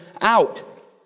out